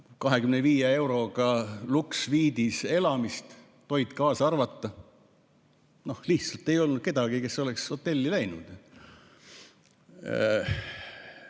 25 euro eest luksussviidis elamist, toit kaasa arvatud. Lihtsalt ei olnud kedagi, kes oleks hotelli läinud.